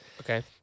Okay